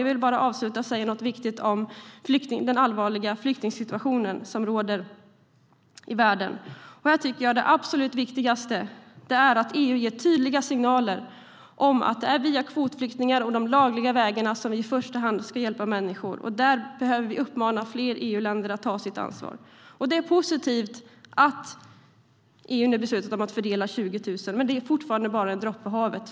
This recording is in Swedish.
Jag vill bara avsluta med att säga något viktigt om den allvarliga flyktingsituation som råder i världen. Här tycker jag att det absolut viktigaste är att EU ger tydliga signaler om att det är via kvotflyktingar och de lagliga vägarna som vi i första hand ska hjälpa människor. Där behöver vi uppmana fler EU-länder att ta sitt ansvar. Det är positivt att EU nu har beslutat om att fördela 20 000 flyktingar, men det är fortfarande bara en droppe i havet.